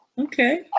Okay